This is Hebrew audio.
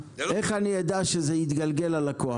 איך אני אדע שזה התגלגל ללקוח?